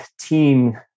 team